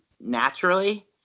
naturally